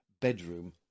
bedroom